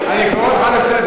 אין לכם בושה.